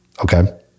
Okay